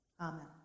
Amen